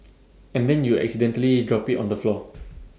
and then you accidentally drop IT on the floor